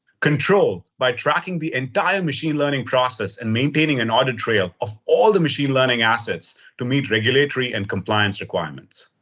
control by tracking the entire machine learning process and maintaining maintaining an audit trail of all the machine learning assets to meet regulatory and compliance requirements.